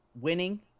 winning